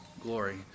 glory